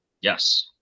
yes